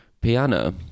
piano